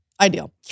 Ideal